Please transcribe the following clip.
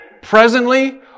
Presently